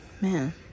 Man